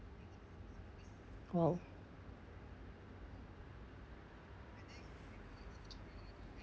!wow!